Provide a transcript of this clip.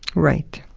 right.